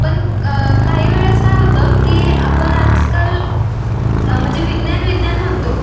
पण क काही वेळेस काय होतं की आपण आजकाल म्हणजे विज्ञान विज्ञान म्हणतो